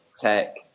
tech